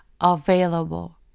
Available